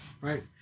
Right